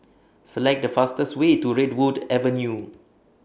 Select The fastest Way to Redwood Avenue